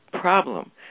problem